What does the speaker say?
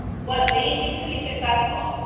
what they need to be successful,